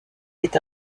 est